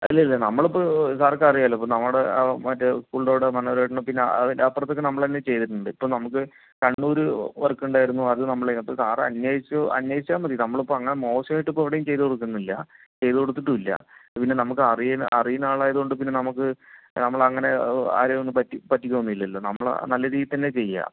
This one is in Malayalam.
അല്ലല്ല നമ്മളിപ്പോൾ സാർക്ക് അറിയാല്ലോ ഇപ്പം നമ്മുടെ മറ്റേ സ്കൂൻ്റെ അവിടെ മനോഹരേട്ടനും പിന്നെ അതിൻ്റെ അപ്പുറത്തൊക്കെ നമ്മളുതന്നെ ചെയ്തിട്ടുണ്ട് ഇപ്പം നമുക്ക് കണ്ണൂര് വർക്കുണ്ടായിരുന്നു അതു നമ്മള് ചെയ്തു അപ്പോ സാർ അന്വേഷിച്ചു അന്വേഷിച്ചാ മതി നമ്മളിപ്പോ അങ്ങനെ മോശമായിട്ടിപ്പോ എവിടെയും ചെയ്തു കൊടുക്കുന്നില്ല ചെയ്തു കൊടുത്തിട്ടും ഇല്ല ഇതു പിന്നെ നമുക്ക് അറിയുന്ന അറിയുന്ന ആളായതുകൊണ്ട് പിന്നെ നമുക്ക് നമ്മളങ്ങനെ ആരെയും ഒന്നും പറ്റിക്കുകയോ പറ്റിക്കുകയോ ഒന്നുമില്ലല്ലോ നമ്മള് നല്ല രീതിയിൽ തന്നെ ചെയ്യാം